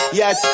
yes